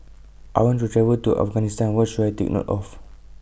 I want to travel to Afghanistan What should I Take note of